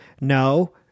No